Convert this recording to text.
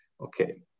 Okay